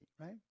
right